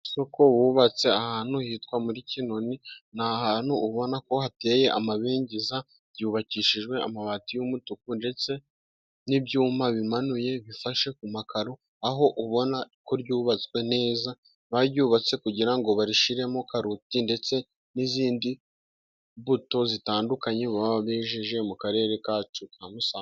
Isoko bubatse ahantu hitwa muri Kinoni， ni ahantu ubona ko hateye amabengeza，hubakishijwe amabati y'umutuku，ndetse n'ibyuma bimanuye， bifashe ku makaro， aho ubona ko ryubatswe neza，baryubatse kugira ngo barishyiremo karoti， ndetse n'izindi mbuto zitandukanye，baba bejeje mu Karere kacu ka Musanze.